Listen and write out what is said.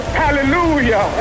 hallelujah